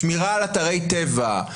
שמירה על אתרי טבע,